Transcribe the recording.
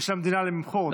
ושל המדינה למכור אותה.